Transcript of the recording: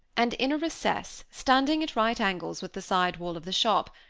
and in a recess, standing at right angles with the side wall of the shop,